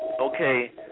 okay